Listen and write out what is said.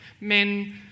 men